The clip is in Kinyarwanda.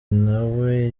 ntawe